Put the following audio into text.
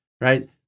right